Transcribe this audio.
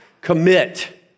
commit